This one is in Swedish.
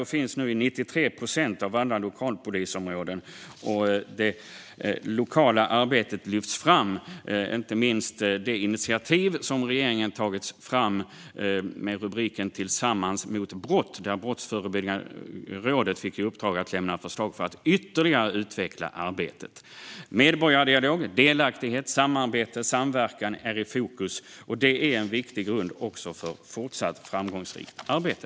De finns nu i 93 procent av alla lokalpolisområden. Det lokala arbetet lyfts fram, inte minst i det initiativ som regeringen tagit fram med rubriken Tillsammans mot brott, där Brottsförebyggande rådet fick i uppdrag att lämna förslag för att ytterligare utveckla arbetet. Medborgardialog, delaktighet, samarbete och samverkan är i fokus, och det är en viktig grund också för fortsatt framgångsrikt arbete.